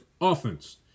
offense